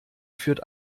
führt